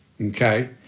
okay